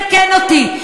תקן אותי.